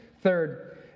Third